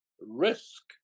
risk